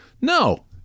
no